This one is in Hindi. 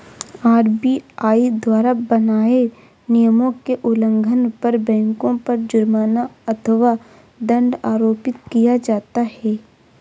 आर.बी.आई द्वारा बनाए नियमों के उल्लंघन पर बैंकों पर जुर्माना अथवा दंड आरोपित किया जाता है